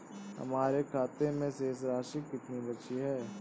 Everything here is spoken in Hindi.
हमारे खाते में शेष राशि कितनी बची है?